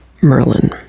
Merlin